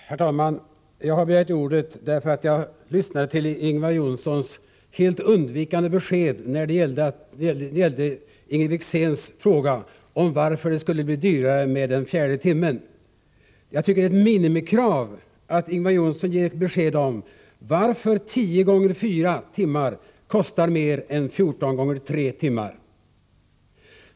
Herr talman! Jag har begärt ordet efter att ha lyssnat till Ingvar Johnsson och hört hans undvikande besked när det gällde Inger Wickzéns fråga varför det skulle bli dyrare med den fjärde timmen. Jag tycker att det är ett minimikrav att Ingvar Johnsson ger ett besked om varför tio gånger fyra timmar kostar mer än fjorton gånger tre timmar.